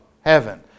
heaven